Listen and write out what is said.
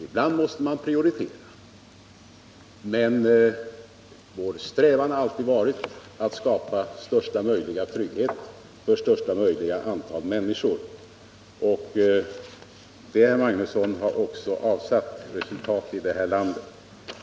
Ibland måste man prioritera, men vår strävan har alltid varit att skapa största möjliga trygghet för största möjliga antal människor. Det, herr Magnusson, har också avsatt resultat i det här landet.